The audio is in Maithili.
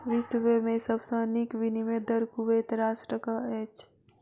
विश्व में सब सॅ नीक विनिमय दर कुवैत राष्ट्रक अछि